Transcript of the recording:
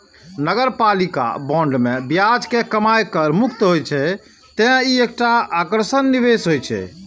नगरपालिका बांड मे ब्याज के कमाइ कर मुक्त होइ छै, तें ई एकटा आकर्षक निवेश होइ छै